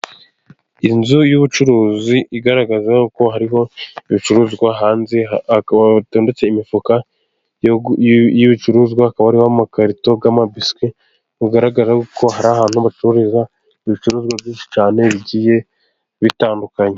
Inzu y'ubucuruzi igaragaza ko hariho ibicuruzwa, hanze hatondetse imifuka y'ibicuruzwa, akaba arimo ibikarito by'ama biswi. Bigaragara ko ari ahantu hacururizwa ibicuruzwa byinshi cyane bigiye bitandukanye.